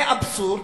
זה אבסורד.